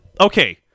Okay